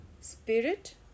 spirit